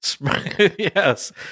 Yes